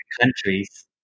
countries